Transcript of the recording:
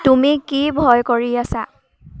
তুমি কি ভয় কৰি আছা